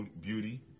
beauty